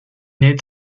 need